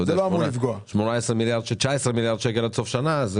19 מיליארד שקל עד סוף שנה,